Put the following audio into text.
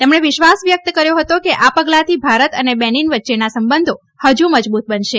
તેમણે વિશ્વાસ વ્યક્ત કર્યો હતો કે આ પગલાંથી ભારત અને બેનીન વચ્ચેના સંબંધો હજી મજબૂત બનશે